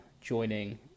joining